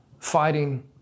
fighting